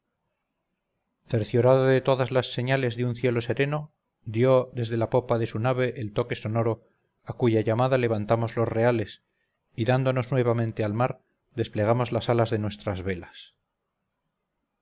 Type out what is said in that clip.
cerciorado de todas las señales de un cielo sereno dio desde la popa de su nave el toque sonoro a cuya llamada levantamos los reales y dándonos nuevamente al mar desplegamos las alas de nuestras velas